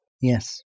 Yes